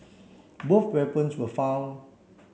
both weapons were found